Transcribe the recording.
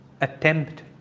attempt